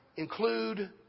Include